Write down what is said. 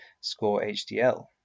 SCORE-HDL